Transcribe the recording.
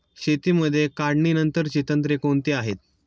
शेतीमध्ये काढणीनंतरची तंत्रे कोणती आहेत?